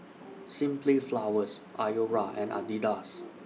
Simply Flowers Iora and Adidas